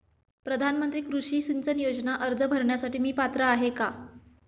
प्रधानमंत्री कृषी सिंचन योजना अर्ज भरण्यासाठी मी पात्र आहे का?